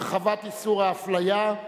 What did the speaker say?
הרחבת איסור האפליה).